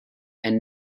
and